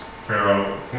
Pharaoh